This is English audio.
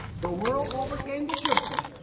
the world overcame the church,